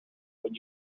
when